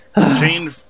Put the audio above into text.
Jane